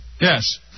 Yes